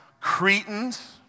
Cretans